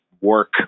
work